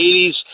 80s